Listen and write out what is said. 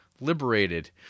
liberated